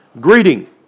greeting